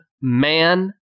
man